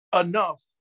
enough